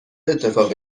اتفاقی